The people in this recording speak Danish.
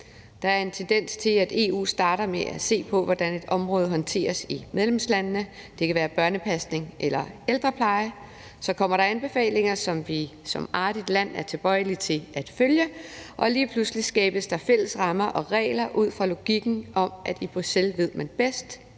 Der er en tendens til, at EU starter med at se på, hvordan et område håndteres i medlemslandene – det kan være børnepasning eller ældrepleje – og så kommer der nogle anbefalinger, som vi som et artigt land er tilbøjelige til at følge, og lige præcis skabes der fælles rammer og regler ud fra logikken om, at i Bruxelles ved man bedst,